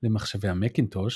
למחשבי המקינטוש,